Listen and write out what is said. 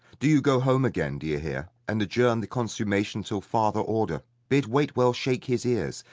do you go home again, d'ye hear, and adjourn the consummation till farther order bid waitwell shake his ears,